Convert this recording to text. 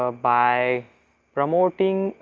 ah by promoting,